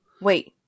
Wait